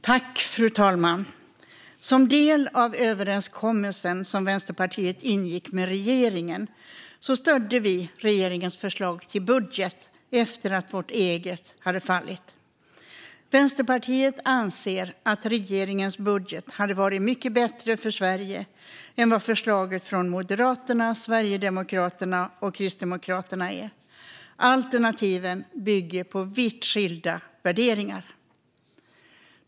Fru talman! Som en del av den överenskommelse som vi i Vänsterpartiet ingick med regeringen stödde vi regeringens förslag till budget efter att vårt eget förslag hade fallit. Vänsterpartiet anser att regeringens budget hade varit mycket bättre för Sverige än vad förslaget från Moderaterna, Sverigedemokraterna och Kristdemokraterna är. Alternativen bygger på vitt skilda värderingar.